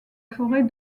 forêt